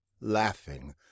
laughing